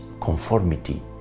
conformity